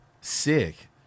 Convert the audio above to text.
Sick